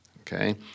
Okay